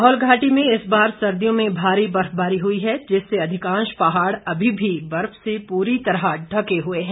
लाहौल घाटी में इस बार सर्दियों में भारी बर्फबारी हुई है जिससे अधिकांश पहाड़ अभी भी बर्फ से पूरी तरह ढके हुए हैं